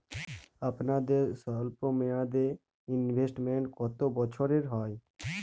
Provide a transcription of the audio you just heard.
আপনাদের স্বল্পমেয়াদে ইনভেস্টমেন্ট কতো বছরের হয়?